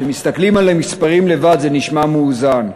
כשמסתכלים על המספרים לבד זה נשמע מאוזן.